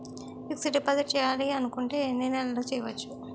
Fixed deposit చేయాలి అనుకుంటే ఎన్నే నెలలకు చేయొచ్చు?